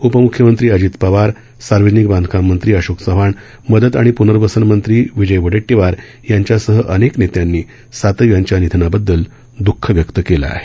उपम्ख्यमंत्री अजित पवार सार्वजनिक बांधकाम मंत्री अशोक चव्हाण मदत आणि पूर्नवसन मंत्री विजय वडेट्टीवार यांच्यासह अनेक नेत्यांनी सातव यांच्या निधनाबददल दःख व्यक्त केलं आहे